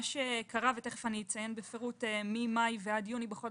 מה שקרה ממאי ועד יוני,